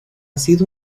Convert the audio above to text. sido